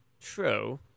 True